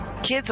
Kids